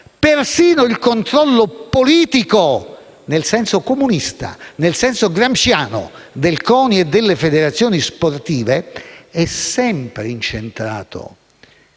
persino il controllo politico, nel senso comunista e gramsciano, del CONI e delle federazioni sportive è sempre incentrato